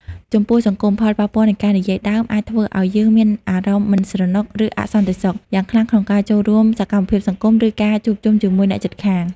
ចំពោះសង្គម ផលប៉ះពាល់នៃការនិយាយដើមអាចធ្វើឱ្យយើងមានអារម្មណ៍ មិនស្រណុក ឬអសន្តិសុខ យ៉ាងខ្លាំងក្នុងការចូលរួមសកម្មភាពសង្គម ឬការជួបជុំជាមួយអ្នកជិតខាង។